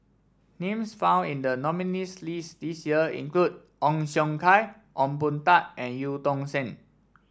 names found in the nominees' list this year include Ong Siong Kai Ong Boon Tat and Eu Tong Sen